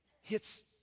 hits